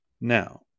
Now